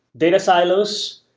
data silos,